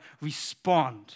respond